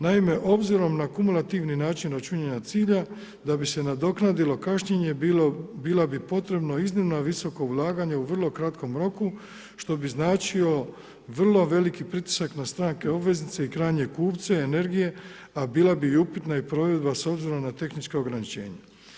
Naime obzirom na kumulativni način računanja cilja, da bi se nadoknadilo kašnjenje bila bi potrebna iznimno visoko ulaganje u vrlo kratkom roku što bi značio vrlo veliki pritisak na stranke obveznice i krajnje kupce energije, a bila bi upitna i provedba s obzirom na tehnička ograničenja.